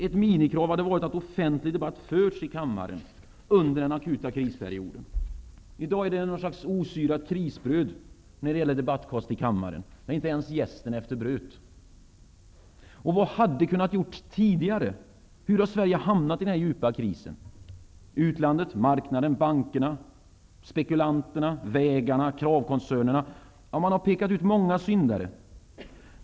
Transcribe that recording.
Ett minimikrav hade varit att offentlig debatt hade förts i kammaren under den akuta krisperioden. I dag bjuds det endast någon sorts osyrat krisbröd när det gäller debattkonsten i kammaren. Det är inte ens jästen efter brödet. Vad hade kunnat göras tidigare? Hur har Sverige hamnat i den här djupa krisen? Utlandet, marknaden, bankerna, spekulanterna, ''vägarna'', ''kravkoncernerna'' -- ja, man har pekat ut många syndare.